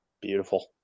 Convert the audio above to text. Beautiful